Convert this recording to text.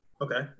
Okay